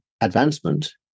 advancement